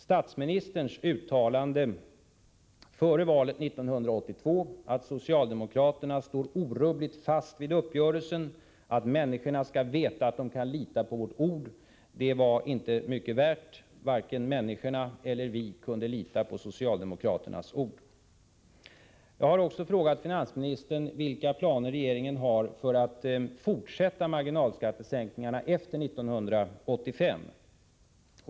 Statsministerns uttalande före valet 1982, att socialdemokraterna står orubbligt fast vid uppgörelsen, och att människorna skall veta att de kan lita på socialdemokraternas ord, var inte mycket värt. Varken människorna eller vi som deltagit i uppgörelsen kunde lita på socialdemokraternas ord. Jag har också frågat finansministern vilka planer regeringen har för att fortsätta marginalskattesänkningarna efter 1985.